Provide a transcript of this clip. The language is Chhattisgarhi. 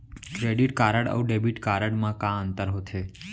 क्रेडिट कारड अऊ डेबिट कारड मा का अंतर होथे?